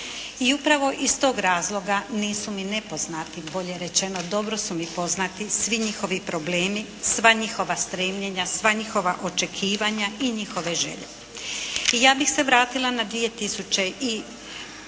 I upravo iz toga razloga nisu mi nepoznati, bolje rečeno dobro su mi poznati svi njihovi problemi, sva njihova stremljenja, sva njihova očekivanja i njihove želje. I ja bih se vratila na 2003.